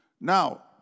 Now